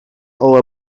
all